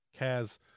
Kaz